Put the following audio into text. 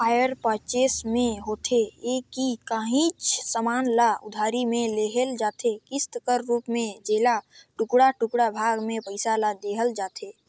hire purchase में होथे ए कि काहींच समान ल उधारी में लेहल जाथे किस्त कर रूप में जेला टुड़का टुड़का भाग में पइसा ल देहल जाथे